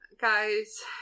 guys